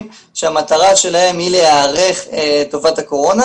שהמטרה שלהם היא להיערך לטובת הקורונה,